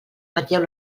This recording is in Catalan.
ratlleu